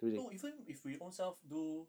oh even if we ownself do